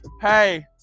Hey